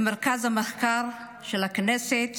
למרכז המחקר של הכנסת